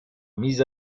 mise